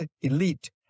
elite